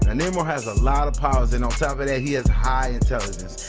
and namor has a lot of powers and on top of that, he has high intelligence.